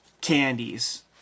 candies